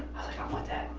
like, i want that.